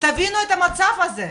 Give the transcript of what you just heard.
תבינו את המצב הזה.